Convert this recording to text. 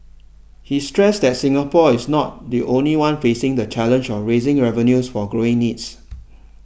he stressed that Singapore is not the only one facing the challenge of raising revenues for growing needs